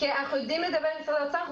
אנחנו יודעים לדבר עם משרד האוצר.